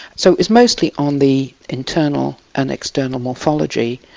so it's mostly on the internal and external morphology.